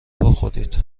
بخورید